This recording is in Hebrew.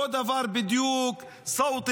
אותו דבר בדיוק (אומר בערבית:).